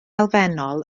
elfennol